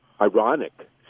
ironic